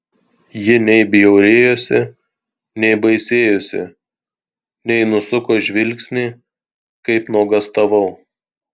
ji nei bjaurėjosi nei baisėjosi nei nusuko žvilgsnį kaip nuogąstavau